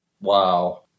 Wow